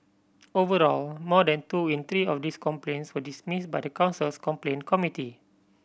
overall more than two in three of these complaints were dismissed by the council's complaint committee